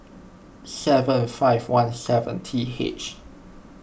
seven five one seven T H